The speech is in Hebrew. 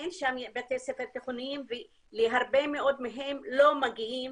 אין שם בתי ספר תיכוניים והרבה מאוד מהם לא מגיעים